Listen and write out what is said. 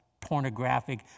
pornographic